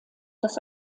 das